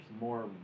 more